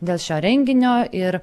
dėl šio renginio ir